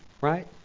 Right